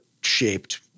shaped